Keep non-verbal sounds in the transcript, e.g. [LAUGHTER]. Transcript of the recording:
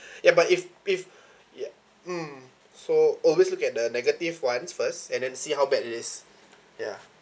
[BREATH] ya but if if ya um so always look at the negative ones first and then see how bad it is ya